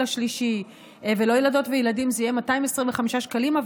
השלישי ולא ילדות וילדים זה יהיה 225 שקלים,